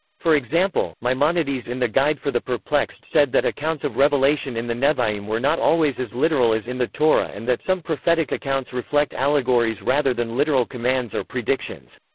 for example, maimonides in the guide for the perplexed said that accounts of revelation in the nevi'im were not always as literal as in the torah and that some prophetic accounts reflect allegories rather than literal commands or predictions.